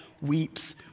weeps